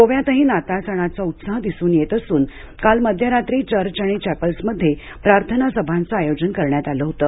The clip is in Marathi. गोव्यातही नाताळ सणाचा उत्साह दिसून येत असून काल मध्यरात्री चर्च आणि चॅपेल्समध्ये प्रार्थना सभांचं आयोजन करण्यात आलं होतं